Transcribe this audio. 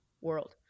world